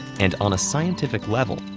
and on a scientific level,